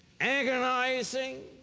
agonizing